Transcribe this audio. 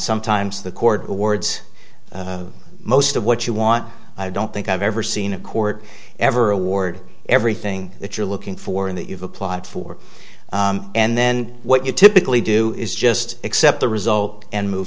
sometimes the court awards most of what you want i don't think i've ever seen a court ever award everything that you're looking for in that you've applied for and then what you typically do is just accept the result and move